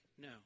No